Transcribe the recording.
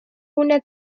una